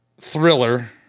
thriller